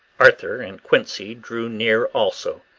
arthur and quincey drew near also,